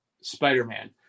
Spider-Man